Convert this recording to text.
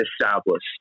established